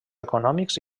econòmics